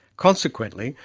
consequently,